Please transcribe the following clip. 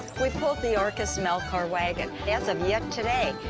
we pulled the orcus milk cart wagon. as of yet today,